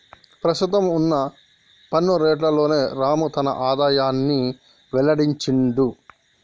ప్రస్తుతం వున్న పన్ను రేట్లలోనే రాము తన ఆదాయాన్ని వెల్లడించిండు